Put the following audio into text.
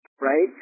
right